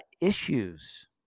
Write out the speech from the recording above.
issues